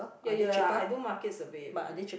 ya ya ya I do market survey already